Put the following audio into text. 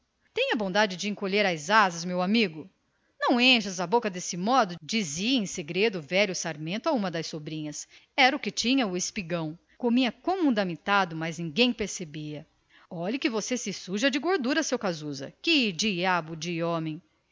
tenha o obséquio de encolher as asas meu amigo não enchas a boca desse modo dizia em segredo a velha sarmento a uma das sobrinhas era o que tinha o espigão comia como um danado mas ninguém dava por isso olhe que você me suja de gordura seu casusa que diabo de homem